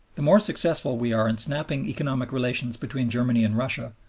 the more successful we are in snapping economic relations between germany and russia,